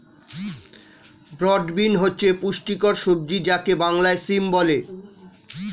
broad bean হচ্ছে পুষ্টিকর সবজি যাকে বাংলায় সিম বলে